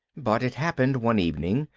but it happened one evening,